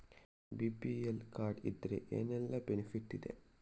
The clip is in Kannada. ಬಿ.ಪಿ.ಎಲ್ ಕಾರ್ಡ್ ಇದ್ರೆ ಏನೆಲ್ಲ ಬೆನಿಫಿಟ್ ಇದೆ?